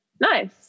Nice